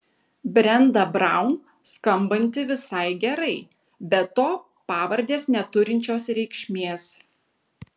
brenda braun skambanti visai gerai be to pavardės neturinčios reikšmės